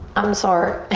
i'm sore.